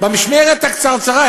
במשמרת הקצרצרה,